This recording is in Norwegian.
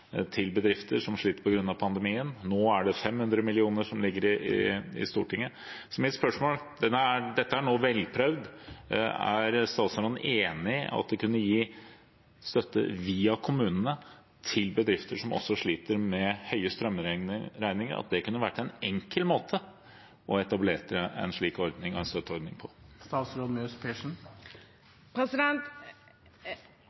til bedrifter som sliter på grunn av pandemien. Nå er det 500 mill. kr som ligger som forslag til Stortinget. Mitt spørsmål er, for dette er nå velprøvd: Er statsråden enig i at vi kunne gi støtte via kommunene til bedrifter som også sliter med høye strømregninger, at det kunne vært en enkel måte å etablere en slik